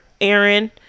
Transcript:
Aaron